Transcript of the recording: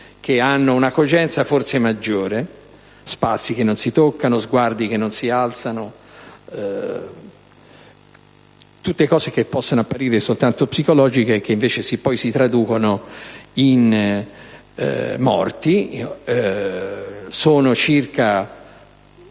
che hanno una cogenza forse maggiore (spazi che non si toccano, sguardi che non si alzano). Tutte cose che possono apparire soltanto psicologiche e che poi, invece, si traducono in morti volontari.